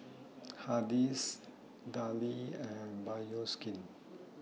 Hardy's Darlie and Bioskin